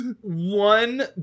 One